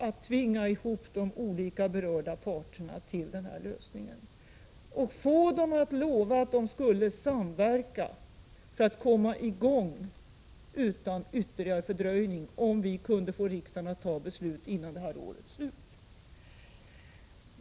Vi fick också de olika berörda parterna att lova att de skulle samverka för att komma i gång utan ytterligare fördröjning om vi kunde få riksdagen att fatta beslut innan det här årets slut.